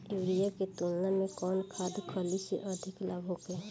Urea के तुलना में कौन खाध खल्ली से अधिक लाभ होखे?